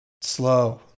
Slow